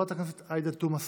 חברת הכנסת עאידה תומא סלימאן,